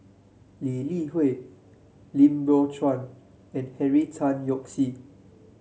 Lee Li Hui Lim Biow Chuan and Henry Tan Yoke See